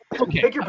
Okay